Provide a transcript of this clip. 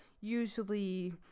usually